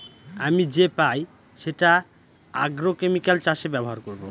আমি যে পাই সেটা আগ্রোকেমিকাল চাষে ব্যবহার করবো